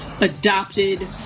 adopted